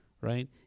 right